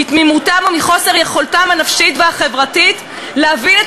מתמימותם ומחוסר יכולתם הנפשית והחברתית להבין את